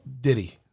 diddy